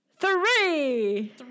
Three